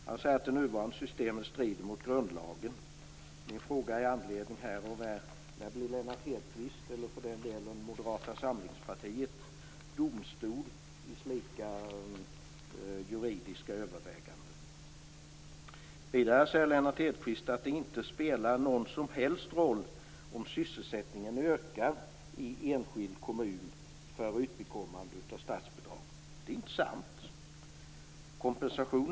Han säger att det nuvarande systemet strider mot grundlagen. Min fråga med anledning härav är: När blev Lennart Hedquist eller för den delen Moderata samlingspartiet domstol i slika juridiska spörsmål? Vidare säger Lennart Hedquist att det inte spelar någon som helst roll för utbekommande av statsbidrag om sysselsättningen ökar i en enskild kommun. Det är inte sant, även om det inte är en fullständig kompensation.